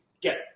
get